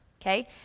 okay